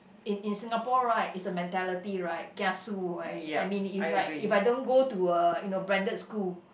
in in Singapore right it's the mentality right kiasu right I mean if like if I don't go uh you know branded school